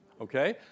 okay